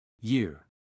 Year